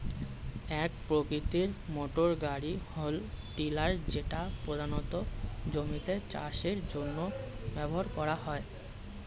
এক প্রকৃতির মোটরগাড়ি হল টিলার যেটা প্রধানত জমিতে চাষের জন্য ব্যবহার করা হয়